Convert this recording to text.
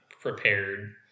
prepared